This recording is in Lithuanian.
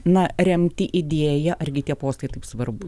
na remti idėją argi tie postai taip svarbu